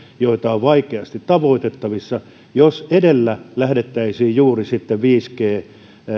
jotka ovat vaikeasti tavoitettavissa jos edellä lähdettäisiin juuri viisi g